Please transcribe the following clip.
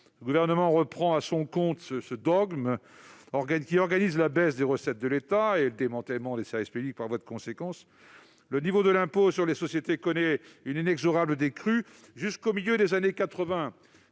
Le Gouvernement reprend à son compte le dogme qui organise la baisse des recettes de l'État et le démantèlement des services publics, par voie de conséquence. Le niveau de l'impôt sur les sociétés connaît une inexorable décrue. Jusqu'au milieu des années 1980,